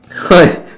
!oi!